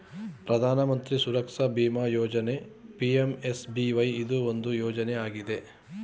ಪ್ರಧಾನ ಮಂತ್ರಿ ಸುರಕ್ಷಾ ಬಿಮಾ ಯೋಜ್ನ ಪಿ.ಎಂ.ಎಸ್.ಬಿ.ವೈ ಇದು ಒಂದು ಯೋಜ್ನ ಆಗಿದೆ